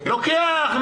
לוקח,